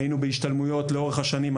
היינו בהשתלמויות לאורך השנים.